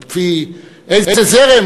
על-פי איזה זרם?